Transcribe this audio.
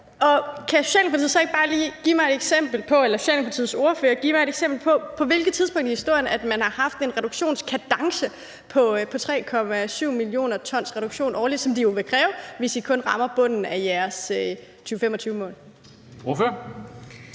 Kan Socialdemokratiets ordfører så ikke bare lige give mig et eksempel på, at man på et tidspunkt i historien har haft en reduktionskadence på 3,7 mio. t årligt, som det jo vil kræve, hvis I kun rammer bunden af jeres 2025-mål? Kl.